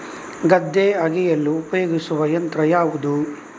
ಗದ್ದೆ ಅಗೆಯಲು ಉಪಯೋಗಿಸುವ ಯಂತ್ರ ಯಾವುದು?